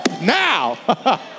Now